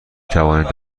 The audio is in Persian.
توانید